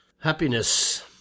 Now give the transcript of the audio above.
Happiness